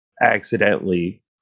accidentally